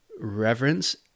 reverence